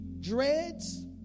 dreads